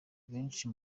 benshi